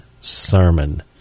sermon